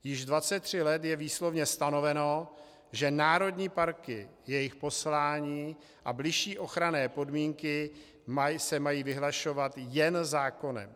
Již 23 let je výslovně stanoveno, že národní parky, jejich poslání a bližší ochranné podmínky se mají vyhlašovat jen zákonem.